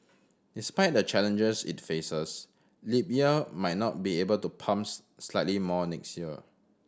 despite the challenges it faces Libya might not be able to pump slightly more next year